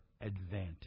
advantage